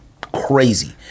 crazy